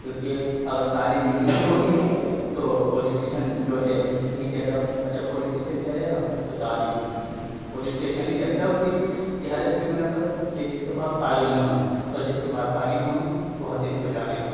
کیونکہ اگر تعلیم مہنگی ہوگی تو پولیٹیشن جو ہے نہیں چلے گا اور جب پولیٹشن چلے گا تو تعلیم پولیٹیشن ہی چلتا ہے اسی جہالت کی بنا پر کہ جس کے پاس تعلیم نہ ہو اور جس کے پاس تعلیم ہوگی وہ ہر چیز کو جانے گا